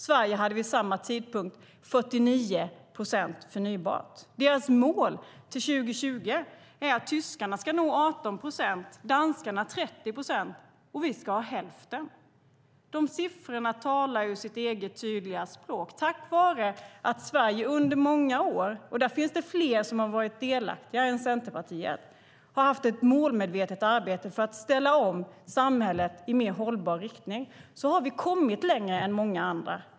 Sverige hade vid samma tidpunkt 49 procent förnybart. Målen till 2020 är att tyskarna ska nå 18 procent, danskarna 30 procent och vi hälften. Dessa siffror talar sitt eget tydliga språk. Tack vare att Sverige under många år - och det är fler än Centerpartiet som varit delaktiga - bedrivit ett målmedvetet arbete för att ställa om samhället i mer hållbar riktning har vi kommit längre än många andra.